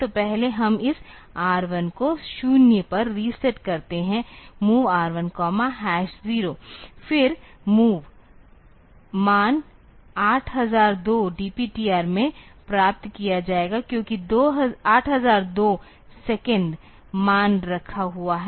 तो पहले हम इस R 1 को 0 पर रीसेट करते हैं MOV R1 0 फिर MOV मान 8002 DPTR में प्राप्त किया जाएगा क्योंकि 8002 सेकंड मान रखा हुआ है